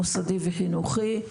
מוסדי וחינוכי,